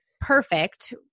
perfect